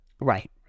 Right